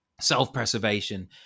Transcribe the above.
self-preservation